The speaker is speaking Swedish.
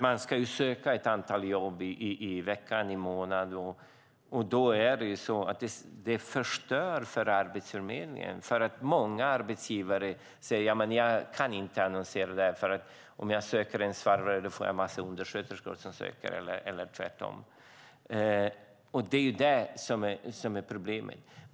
Man ska söka ett antal jobb i veckan och i månaden. Det förstör för Arbetsförmedlingen. Många arbetsgivare säger att de inte kan annonsera ut sina jobb. Den som söker en svarvare får svar från en massa undersköterskor, eller tvärtom. Det är det som är problemet.